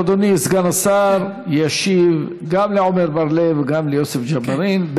אדוני סגן השר ישיב גם לעמר בר-לב וגם ליוסף ג'בארין,